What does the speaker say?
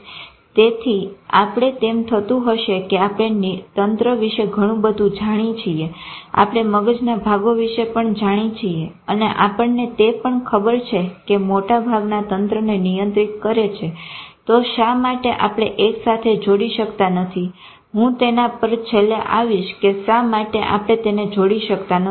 તેથી તમને એમ થતું હશે કે આપણે તંત્ર વિશે ઘણું બધું જાણી છીએ આપણે મગજના ભાગો વિશે પણ જાણી છીએ અને આપણને તે પણ ખબર છે કે આ ભાગો તંત્રને નિયંત્રિત કરે છે તો શા માટે આપણે એકસાથે જોડી શકતા નથી હું તેના પર છેલ્લે આવીશ કે શા માટે આપણે તેને જોડી શકતા નથી